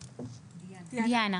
לצערנו, חבל על